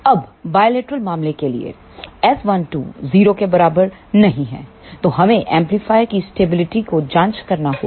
अब बायलेटरल मामले के लिए S12 0 के बराबर नहीं है तो हमें एम्पलीफायर की स्टेबिलिटी को जांच करना होगा